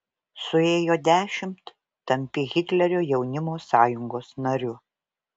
suėjo dešimt tampi hitlerio jaunimo sąjungos nariu